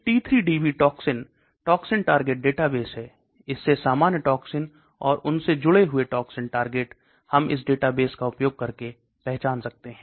एक T3DB toxin toxin target database है इससे सामान्य टोक्सिन और उनके जुड़े हुए टोक्सिन टारगेट हम इस डेटाबेस का उपयोग करके पहचान कर सकते हैं